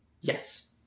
Yes